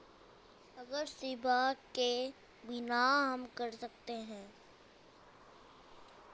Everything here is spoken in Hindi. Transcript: हाउस लोंन लेने की पात्रता क्या है?